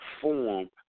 form